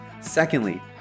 Secondly